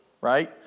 right